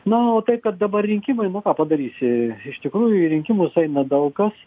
nu tai kad dabar rinkimai nu ką padarysi iš tikrųjų į rinkimus eina daug kas